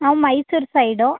ನಾವು ಮೈಸೂರು ಸೈಡು